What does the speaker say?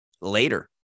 later